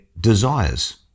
desires